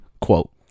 quote